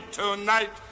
tonight